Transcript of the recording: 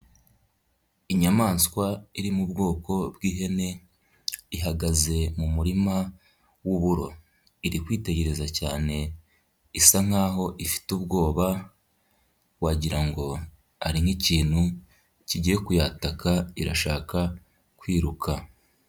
Inyamaswa iri mu bwoko bw'ihene ihagaze mu murima w'uburo iri kwitegereza cyane isa nk'aho ifite ubwoba wagira ngo hari nk'ikintu kigiye kuyataka irashaka kwiruka.